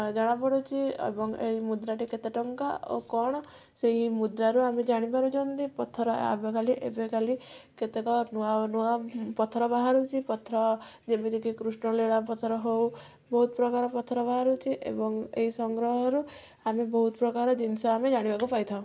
ଜଣା ପଡୁଛି ଏବଂ ଏଇ ମୁଦ୍ରାଟି କେତେ ଟଙ୍କା ଓ କ'ଣ ସେଇ ମୁଦ୍ରାରୁ ଆମେ ଜାଣି ପାରୁଛନ୍ତି ପଥର ଆମେ ଖାଲି ଏବେ ଖାଲି କେତେକ ନୂଆ ନୂଆ ପଥର ବାହାରୁଛି ପଥର ଯେମିତିକି କୃଷ୍ଣ ଲୀଳା ପଥର ହଉ ବହୁତ ପ୍ରକାର ପଥର ବାହାରୁଛି ଏବଂ ଏଇ ସଂଗ୍ରହରୁ ଆମେ ବହୁତ ପ୍ରକାର ଜିନିଷ ଆମେ ଜାଣିବାକୁ ପାଇଥାଉ